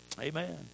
Amen